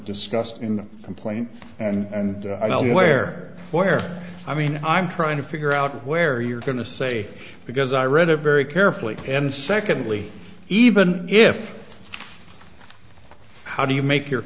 discussed in the complaint and i'll go where where i mean i'm trying to figure out where you're going to say because i read it very carefully and secondly even if how do you make your